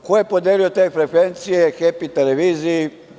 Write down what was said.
Ko je podelio te frekvencije Hepi telefiziji?